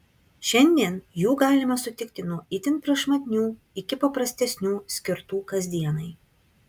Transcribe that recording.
šiandien jų galima sutikti nuo itin prašmatnių iki paprastesnių skirtų kasdienai